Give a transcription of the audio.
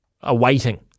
awaiting